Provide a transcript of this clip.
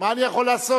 מה אני יכול לעשות?